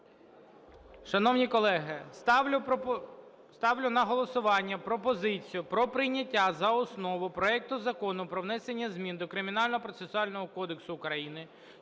Шановні колеги, ставлю на голосування пропозицію про прийняття за основу проекту Закону про внесення змін до Кримінального процесуального кодексу України